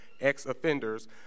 ex-offenders